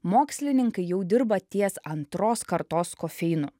mokslininkai jau dirba ties antros kartos kofeinu